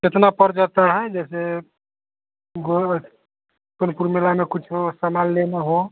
कितना पड़ जाता है जैसे गोलघर कुल कुल मेले में कुछ हो सामान लेना हो